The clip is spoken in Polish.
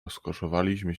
rozkoszowaliśmy